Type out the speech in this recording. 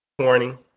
morning